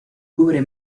cubre